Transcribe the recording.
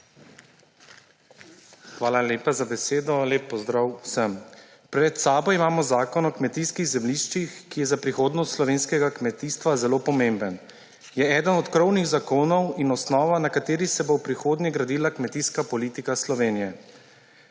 Hvala lepa za besedo. Lep pozdrav vsem! Pred seboj imamo zakon o kmetijskih zemljiščih, ki je za prihodnost slovenskega kmetijstva zelo pomemben. Je eden od krovnih zakonov in osnova, na kateri se bo v prihodnje gradila kmetijska politika Slovenije.